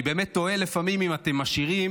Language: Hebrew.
אני באמת תוהה לפעמים אם אתם משאירים